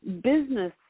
business